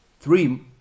three